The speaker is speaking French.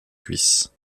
cuisses